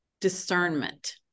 discernment